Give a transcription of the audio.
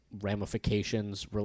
ramifications